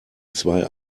zwei